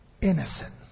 Innocent